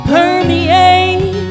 Permeate